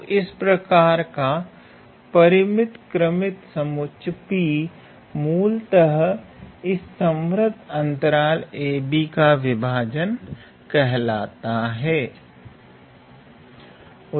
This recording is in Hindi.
तो इस प्रकार का परिमित क्रमित समुच्चय P मूलतः इस संवर्त अंतराल ab का विभाजन कहलाता हैं